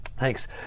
Thanks